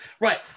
Right